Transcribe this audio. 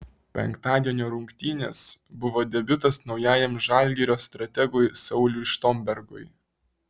penktadienio rungtynės buvo debiutas naujajam žalgirio strategui sauliui štombergui